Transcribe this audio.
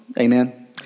Amen